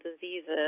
diseases